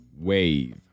Wave